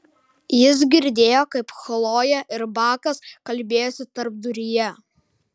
jis girdėjo kaip chlojė ir bakas kalbėjosi tarpduryje